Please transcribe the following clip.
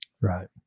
Right